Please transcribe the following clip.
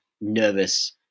nervous